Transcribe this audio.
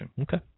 Okay